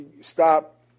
stop